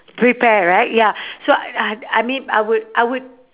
prepare right ya so uh I mean I would I would